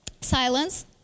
Silence